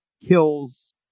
kills